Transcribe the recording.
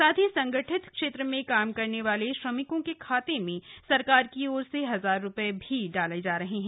साथ ही संगठित क्षेत्र में काम करने वाले श्रमिकों के खाते में सरकार की ओर से हजार रुपये भी डाला जा रहा है